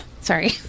Sorry